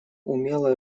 умелое